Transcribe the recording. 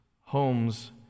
homes